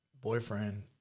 boyfriend